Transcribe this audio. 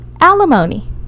alimony